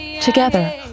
Together